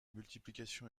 multiplication